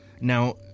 now